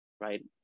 right